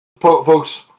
folks